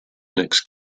next